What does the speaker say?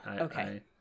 okay